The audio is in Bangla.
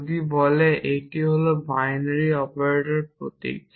যদি বলে এটি হল বাইনারি অপারেটর প্রতীক